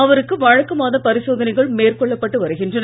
அவருக்க வழக்கமான பாிசோதனைகள் மேற்கொள்ளப்பட்டு வருகின்றன